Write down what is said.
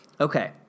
okay